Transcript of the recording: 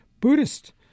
Buddhist